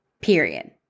period